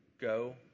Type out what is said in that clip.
Go